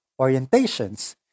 orientations